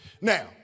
Now